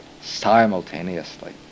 simultaneously